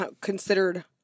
considered